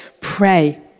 pray